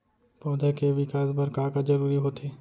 पौधे के विकास बर का का जरूरी होथे?